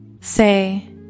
say